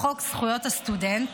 לחוק זכויות הסטודנט,